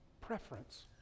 Preference